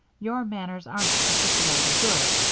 your manners aren't particularly good,